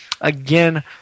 Again